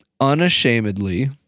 unashamedly